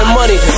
money